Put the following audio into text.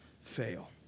fail